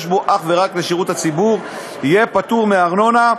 בו אך ורק לשירות הציבור יהיה פטור מארנונה,